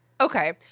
Okay